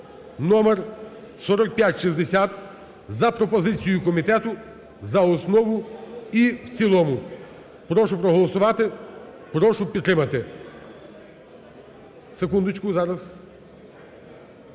(№ 4560) за пропозицією комітету за основу і в цілому. Прошу проголосувати, прошу підтримати.